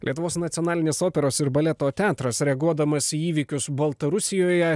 lietuvos nacionalinis operos ir baleto teatras reaguodamas į įvykius baltarusijoje